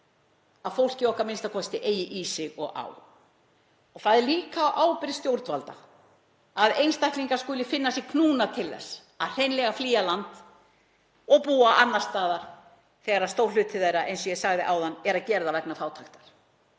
að fólkið okkar eigi a.m.k. í sig og á. Það er líka á ábyrgð stjórnvalda að einstaklingar skuli finna sig knúna til þess hreinlega að flýja land og búa annars staðar þegar stór hluti þeirra, eins og ég sagði áðan, er að gera það vegna fátæktar.